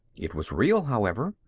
it was real, however.